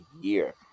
year